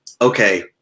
okay